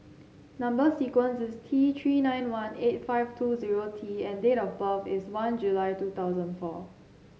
number sequence is T Three nine one eight five two zero T and date of birth is one July two thousand four